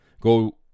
Go